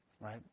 Right